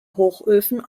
hochöfen